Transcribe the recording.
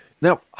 Now